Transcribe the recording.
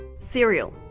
cereal.